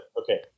okay